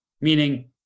Meaning